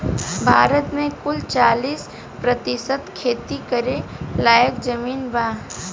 भारत मे कुल चालीस प्रतिशत खेती करे लायक जमीन बा